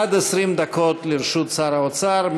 עד 20 דקות לרשות שר האוצר.